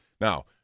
now